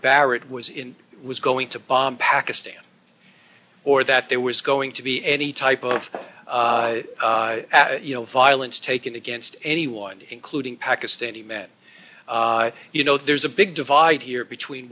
barrett was in was going to bomb pakistan or that there was going to be any type of at you know violence taken against anyone including pakistani men you know there's a big divide here between